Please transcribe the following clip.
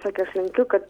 sakė aš linkiu kad